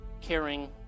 caring